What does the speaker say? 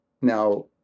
now